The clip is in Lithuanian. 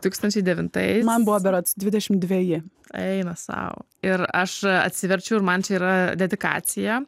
du tūkstančiai devintais man buvo berods dvidešimt dveji eina sau ir aš atsiverčiau ir man čia yra dedikacija